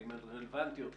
האם הן רלוונטיות לטעמכם?